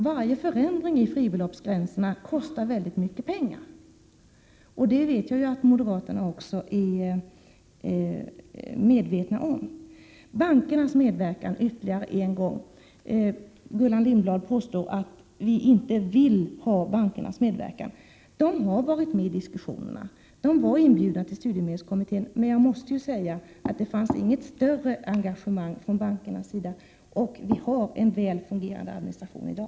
Varje förändring av fribeloppsgränserna kostar ju väldigt mycket pengar, och det är också moderaterna medvetna om. Sedan till bankernas medverkan ytterligare en gång. Gullan Lindblad påstod att vi inte vill ha bankernas medverkan. De har varit med i diskussionerna, och de har inbjudits till studiemedelskommittén. Jag måste säga att det inte har funnits något större engagemang från bankernas sida. Vi har en väl fungerande administration i dag.